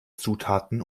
zutaten